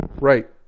Right